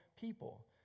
people